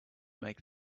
make